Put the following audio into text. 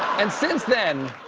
and since then,